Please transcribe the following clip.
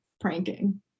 pranking